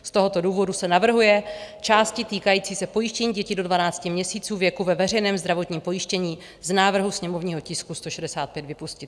Z tohoto důvodu se navrhují části týkající se pojištění dětí do 12 měsíců věku ve veřejném zdravotním pojištění z návrhu sněmovního tisku 165 vypustit.